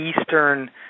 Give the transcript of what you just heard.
Eastern